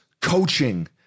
coaching